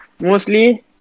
mostly